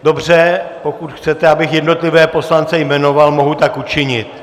Dobře, pokud chcete, abych jednotlivé poslance jmenoval, mohu tak učinit.